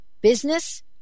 business